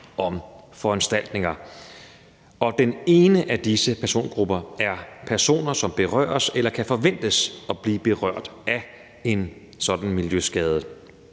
om foranstaltninger. Den ene af disse persongrupper er personer, som berøres eller kan forventes at blive berørt af en sådan miljøskade.